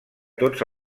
tots